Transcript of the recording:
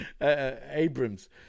Abrams